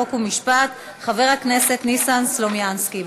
חוק ומשפט חבר הכנסת ניסן סלומינסקי.